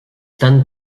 tan